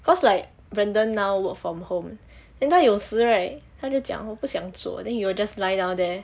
cause like brandon now work from home then 他有时 right 他就讲我不想做 then he will just lie down there